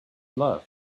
love